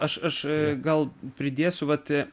aš aš gal pridėsiu va tik